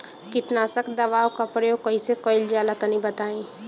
कीटनाशक दवाओं का प्रयोग कईसे कइल जा ला तनि बताई?